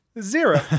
Zero